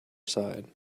side